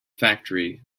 factory